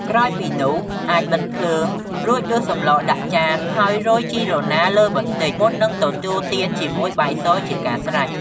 ក្រោយពីនោះ អាចបិទភ្លើង រួចដួសសម្លដាក់ចាន ហើយរោយ ជីរណាលើបន្តិច មុននឹងទទួលទានជាមួយបាយសជាការស្រេច។